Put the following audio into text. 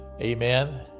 Amen